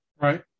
Right